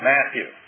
Matthew